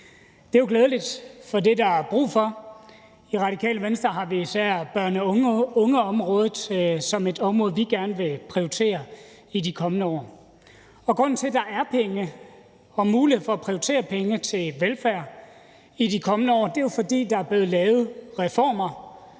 Det er jo glædeligt, for det er der brug for. I Radikale Venstre har vi især børne- og ungeområdet som noget, vi gerne vil prioritere i de kommende år. Og grunden til, at der er penge og mulighed for at prioritere pengene til velfærd i de kommende år, er jo, fordi der er blevet lavet reformer